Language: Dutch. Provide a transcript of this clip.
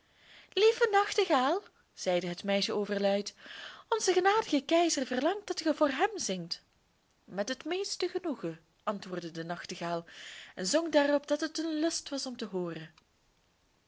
lieve nachtegaal zeide het meisje overluid onze genadige keizer verlangt dat ge voor hem zingt met het meeste genoegen antwoordde de nachtegaal en zong daarop dat het een lust was om te hooren